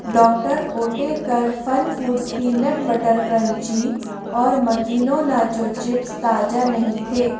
doctor Oetker FunFoods peanut butter crunchy और Makino nacho chips ताज़ा नहीं थे